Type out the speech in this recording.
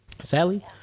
Sally